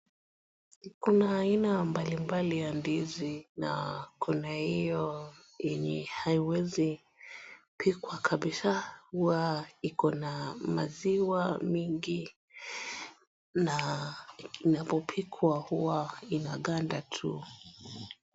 Kuna aina mbalimbali ya ndizi na kuna hiyo yenye haiwezi pikwa kabisa huwa ikona maziwa mingi inapopikwa huwa inaganda tu.